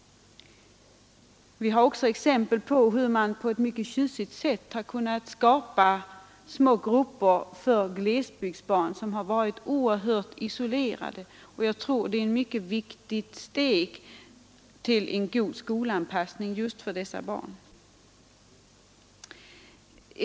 Det finns även exempel på hur man på ett mycket tjusigt sätt har kunnat skapa små grupper av glesbygdsbarn som varit oerhört isolerade. Jag tror att det är ett mycket viktigt steg till en god skolanpassning just för dessa barn.